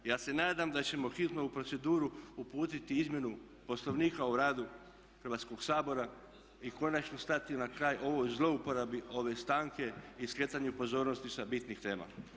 Ja se nadam da ćemo hitno u proceduru uputiti izmjenu Poslovnika o radu Hrvatskoga sabora i konačno stati na kraj ovoj zlouporabi ove stanke i skretanju pozornosti sa bitnih tema.